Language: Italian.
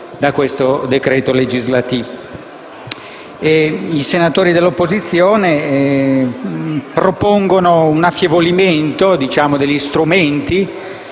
I senatori dell'opposizione propongono un affievolimento degli strumenti